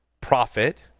profit